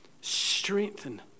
Strengthen